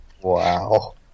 Wow